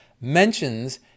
mentions